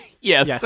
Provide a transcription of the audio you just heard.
Yes